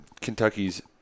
Kentucky's –